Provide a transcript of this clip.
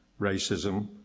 racism